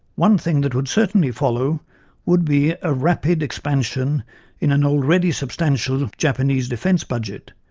one thing that would certainly follow would be a rapid expansion in an already substantial japanese defence budget,